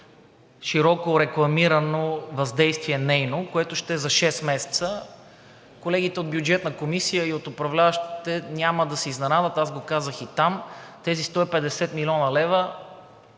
широко рекламирано въздействие, което ще е за шест месеца. Колегите от Бюджетната комисия и от управляващите няма да се изненадат, аз го казах и там, тези 150 млн. лв.